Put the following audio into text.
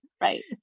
Right